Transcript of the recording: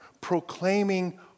proclaiming